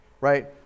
right